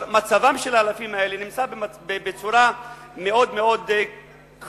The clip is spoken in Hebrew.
אבל מצבם של האלפים האלה מאוד מאוד כאוב,